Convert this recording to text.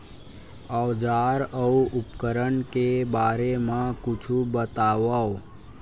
औजार अउ उपकरण के बारे मा कुछु बतावव?